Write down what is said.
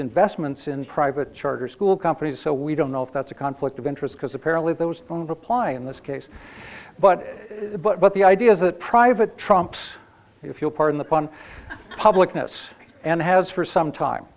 investments in private charter school companies so we don't know if that's a conflict of interest because apparently those don't apply in this case but but the idea is that private trumps if you'll pardon the pun publicness and has for some time